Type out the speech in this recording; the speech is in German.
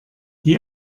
die